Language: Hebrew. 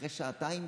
אחרי שעתיים